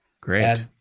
Great